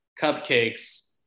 cupcakes